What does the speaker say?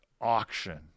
auction